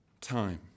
time